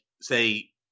say